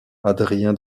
adrien